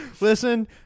Listen